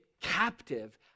captive